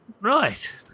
right